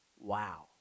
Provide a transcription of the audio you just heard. wow